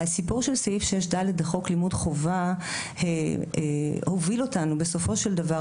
הסיפור של סעיף 6ד לחוק חינוך חובה הוביל אותנו בסופו של דבר,